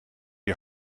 die